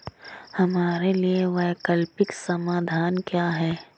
हमारे लिए वैकल्पिक समाधान क्या है?